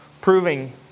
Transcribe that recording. proving